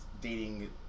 dating